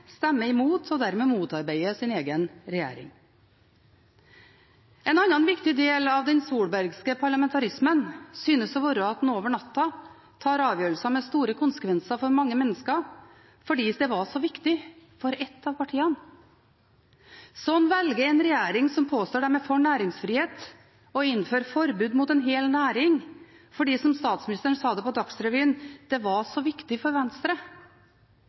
stemmer imot og dermed motarbeider sin egen regjering. En annen viktig del av den solbergske parlamentarismen synes å være at en over natta tar avgjørelser med store konsekvenser for mange mennesker, fordi det var så viktig for ett av partiene. Slik velger en regjering som påstår den er for næringsfrihet, å innføre forbud mot en hel næring – som statsministeren sa det på Dagsrevyen, fordi det var så viktig for Venstre.